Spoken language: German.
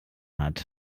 hat